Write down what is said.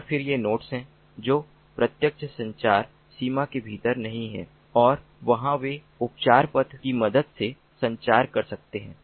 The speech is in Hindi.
और फिर ये नोड्स हैं जो प्रत्यक्ष संचार सीमा के भीतर नहीं हैं और वहां वे उपचार पथ की मदद से संचार कर सकते हैं